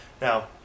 Now